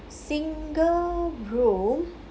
single room